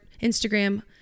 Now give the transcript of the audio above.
Instagram